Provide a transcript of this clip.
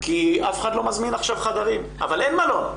כי אף אחד לא מזמין עכשיו חדרים, אבל אין מלון.